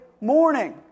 morning